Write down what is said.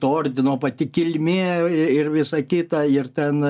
to ordino pati kilmė ir visa kita ir ten